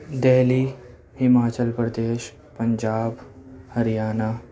Delhi Himachal Pradesh Punjab Haryana